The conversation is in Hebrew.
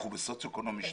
אנחנו בסוציו אקונומי שתיים.